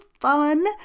fun